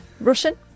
Russian